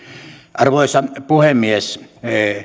arvoisa puhemies